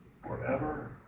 forever